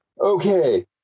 Okay